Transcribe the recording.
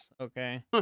okay